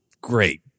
Great